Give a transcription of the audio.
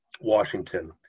Washington